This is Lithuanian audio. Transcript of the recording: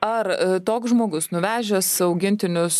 ar toks žmogus nuvežęs augintinius